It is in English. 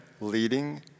leading